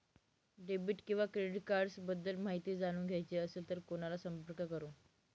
Debit किंवा credit cards बद्दल माहिती जाणून घ्यायची असेल तर कोणाला संपर्क करु?